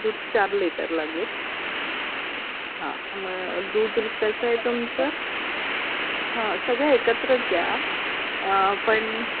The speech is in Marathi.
दूध चार लिटर लागेल हां मग दूध कसं आहे तुमचं हां सगळ्या एकत्रच द्या पण